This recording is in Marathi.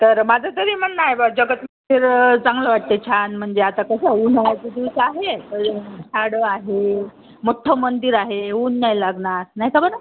तर माझं तरी म्हणणं आहे बा जगत मंदिर चांगलं वाटते छान म्हणजे आता कसं उन्हाळ्याचे दिवस आहे तर झाडं आहे मोठं मंदिर आहे ऊन नाही लागणार नाही का बरं